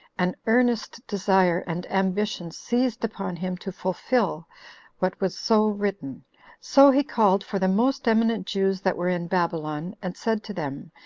an earnest desire and ambition seized upon him to fulfill what was so written so he called for the most eminent jews that were in babylon, and said to them,